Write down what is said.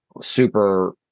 super